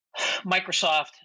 Microsoft